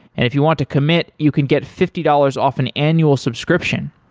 and if you want to commit, you can get fifty dollars off an annual subscription.